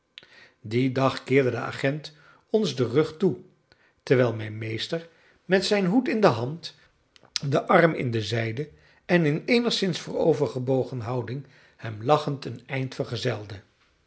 dien dag keerde de agent ons den rug toe terwijl mijn meester met zijn hoed in de hand den arm in de zijde en in eenigszins voorovergebogen houding hem lachend een eind